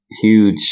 huge